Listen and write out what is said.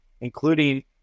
including